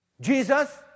Jesus